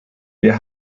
wir